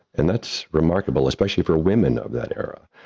and that's remarkable, especially for women of that era.